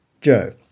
Joe